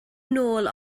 nôl